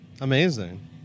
Amazing